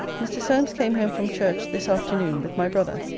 mr. solmes came home from church this afternoon with my brother.